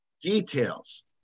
Details